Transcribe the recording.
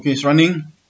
it's running